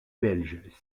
belges